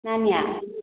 नानिया